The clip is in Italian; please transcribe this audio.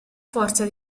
forza